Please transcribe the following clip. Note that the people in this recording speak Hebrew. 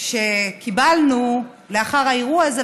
שקיבלנו לאחר האירוע הזה,